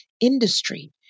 industry